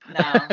No